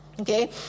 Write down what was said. okay